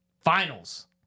finals